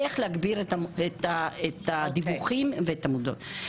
איך להגביר את הדיווחים ואת המודעות.